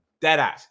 deadass